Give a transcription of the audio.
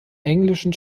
englischen